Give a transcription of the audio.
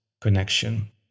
connection